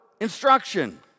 instruction